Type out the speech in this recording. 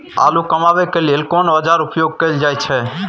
आलू कमाबै के लेल कोन औाजार उपयोग कैल जाय छै?